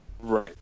Right